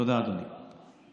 תודה, אדוני.